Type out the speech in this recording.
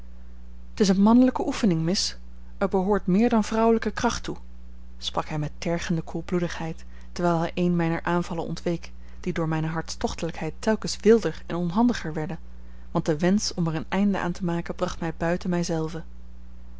t is eene mannelijke oefening miss er behoort meer dan vrouwelijke kracht toe sprak hij met tergende koelbloedigheid terwijl hij een mijner aanvallen ontweek die door mijne hartstochtelijkheid telkens wilder en onhandiger werden want de wensch om er een einde aan te maken bracht mij buiten